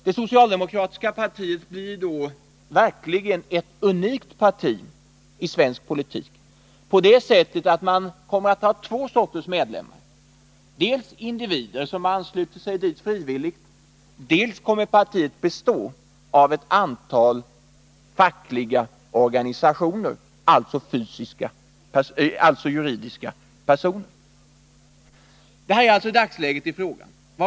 Det socialdemokratiska partiet blir då verkligen ett unikt parti i svensk politik, genom att det kommer att ha två sorters medlemmar: dels kommer partiet att bestå av individer som ansluter sig dit frivilligt, dels kommer det att bestå av ett antal fackliga organisationer, alltså juridiska personer. Detta är alltså dagsläget i frågan.